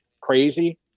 crazy